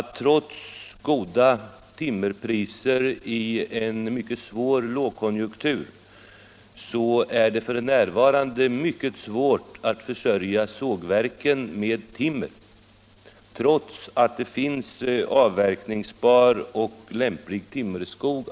Trots goda timmerpriser i en svår lågkonjunktur är det f. n. mycket besvärligt att försörja sågverken med timmer. Ändå finns det avverkningsbar och lämplig timmerskog.